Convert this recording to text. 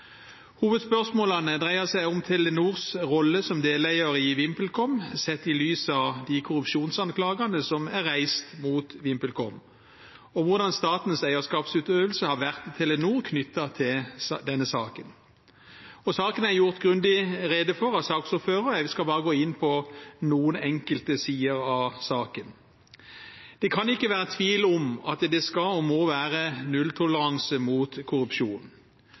Hovedspørsmålene dreier seg om Telenors rolle som deleier i VimpelCom, sett i lys av de korrupsjonsanklagene som er reist mot VimpelCom, og hvordan statens eierskapsutøvelse har vært i Telenor knyttet til denne saken. Saken er gjort grundig rede for av saksordføreren – jeg skal bare gå inn på noen enkelte sider av saken. Det kan ikke være tvil om at det skal og må være nulltoleranse mot korrupsjon.